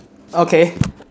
okay